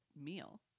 meal